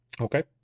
Okay